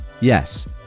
yes